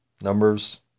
numbers